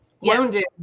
wounded